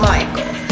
Michael